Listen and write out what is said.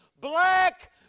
black